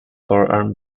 forearm